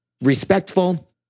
Respectful